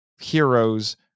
heroes